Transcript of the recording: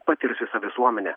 patirs visa visuomenė